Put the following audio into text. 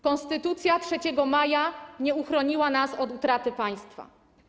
Konstytucja 3 maja nie uchroniła nas od utraty państwa.